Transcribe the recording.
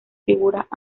figuras